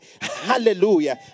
Hallelujah